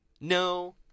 no